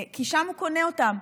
כי שם הוא קונה אותם.